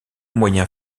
moyen